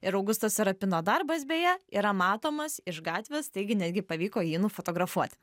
ir augusto serapino darbas beje yra matomas iš gatvės taigi netgi pavyko jį nufotografuot